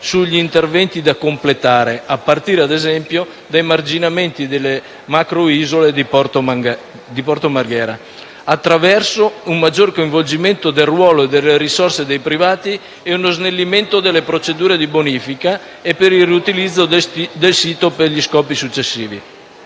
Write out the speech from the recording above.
sugli interventi da completare a partire, ad esempio, dai marginamenti delle macroisole di Porto Marghera, attraverso un maggior coinvolgimento del ruolo e delle risorse dei privati e uno snellimento delle procedure di bonifica e per il riutilizzo del sito per scopi successivi,